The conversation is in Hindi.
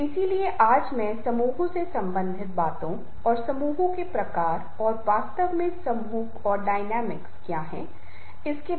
इसलिए मैं नेतृत्व के बारे में बात कर रहा हूं और कैसे नेता दूसरों को प्रेरित कर सकते हैं